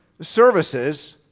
services